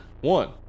One